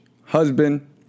husband